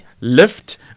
lift